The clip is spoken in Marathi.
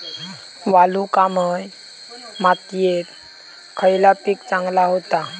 वालुकामय मातयेत खयला पीक चांगला होता?